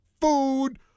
Food